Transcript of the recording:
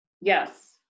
yes